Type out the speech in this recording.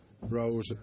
Rose